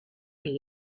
est